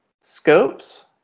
scopes